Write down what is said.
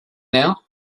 now